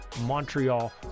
Montreal